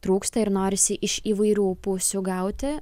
trūksta ir norisi iš įvairių pusių gauti